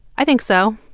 i think so,